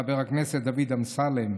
חבר הכנסת דוד אמסלם,